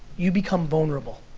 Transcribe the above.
you become vulnerable.